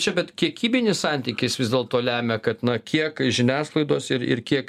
čia bet kiekybinis santykis vis dėlto lemia kad na kiek žiniasklaidos ir ir kiek